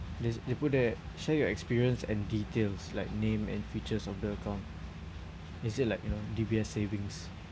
this they put there share your experience and details like name and features of the account is it like you know D_B_S savings